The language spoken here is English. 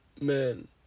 Man